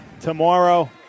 tomorrow